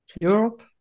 Europe